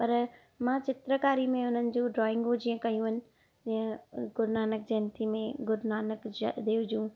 पर मां चित्रकारी में उन्हनि जो ड्राइंगूं जीअं कयूं आहिनि जीअं गुरुनानक जयंती में गुरुनानक देव जो